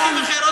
איתן?